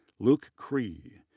luke cree,